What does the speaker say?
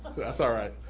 that's all right.